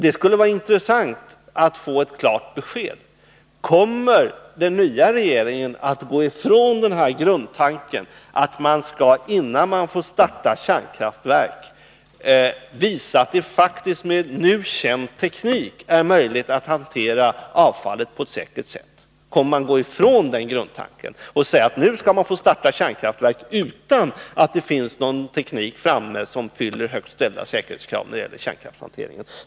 Det skulle vara intressant att få ett klart besked: Kommer den nya regeringen att gå ifrån grundtanken att man, innan man får starta kärnkraftverk, skall kunna visa att det med nu känd teknik är möjligt att hantera avfallet på ett säkert sätt? Eller kommer man att säga att nu skall man få starta kärnkraftverk utan att det finns någon teknik framme som fyller högt ställda säkerhetskrav när det gäller avfallshanteringen?